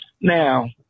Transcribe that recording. Now